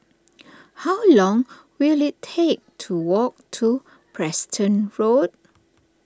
how long will it take to walk to Preston Road